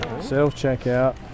Self-checkout